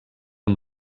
amb